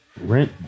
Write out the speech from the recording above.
Rent